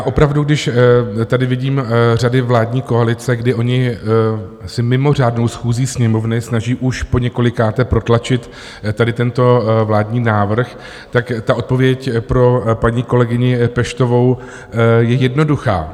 Opravdu, když tady vidím řady vládní koalice, kdy oni se mimořádnou schůzí Sněmovny snaží už poněkolikáté protlačit tento vládní návrh, tak ta odpověď pro paní kolegyni Peštovou je jednoduchá: